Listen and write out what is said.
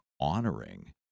honoring